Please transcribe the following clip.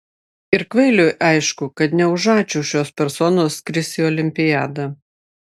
ir kvailiui aišku kad ne už ačiū šios personos skris į olimpiadą